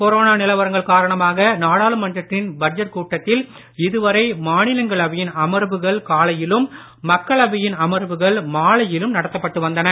corona நிலவரங்கள் காரணமாக நாடாளுமன்றத்தின் பட்ஜெட் கூட்டத்தில் இதுவரை மாநிலங்களவையின் அமர்வுகள் காலையிலும் மக்களவையின் அமர்வுகள் மாலையிலும் நடத்தப்பட்டு வந்தன